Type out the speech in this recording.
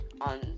on